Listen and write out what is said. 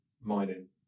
mining